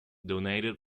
donated